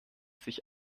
sich